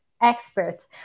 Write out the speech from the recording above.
expert